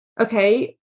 okay